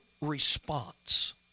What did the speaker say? response